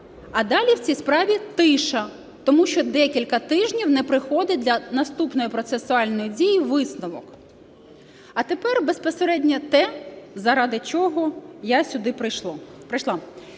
А далі в цій справі – тиша. Тому що декілька тижнів не приходить для наступної процесуальної дії висновок. А тепер безпосередньо те, заради чого я сюди прийшла.